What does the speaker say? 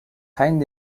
پنج